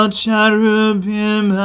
cherubim